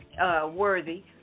Worthy